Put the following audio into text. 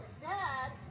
dad